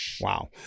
Wow